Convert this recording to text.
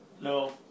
No